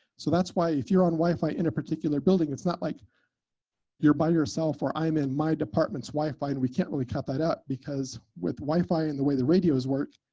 so that's why, if you're on wi-fi in a particular building, it's not like you're by yourself or i'm in my department's wi-fi and we can't really cut that out because with wi-fi and the way the radios work,